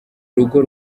rugo